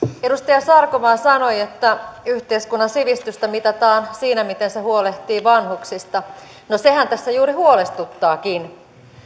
edustaja sarkomaa sanoi että yhteiskunnan sivistystä mitataan siinä miten se se huolehtii vanhuksista no sehän tässä juuri huolestuttaakin